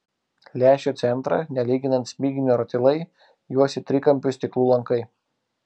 lęšio centrą nelyginant smiginio ratilai juosė trikampių stiklų lankai